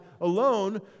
alone